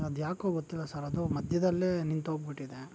ಅದು ಯಾಕೋ ಗೊತ್ತಿಲ್ಲ ಸರ್ ಅದು ಮಧ್ಯದಲ್ಲೇ ನಿಂತ್ಹೋಗ್ಬಿಟ್ಟಿದೆ